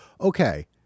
okay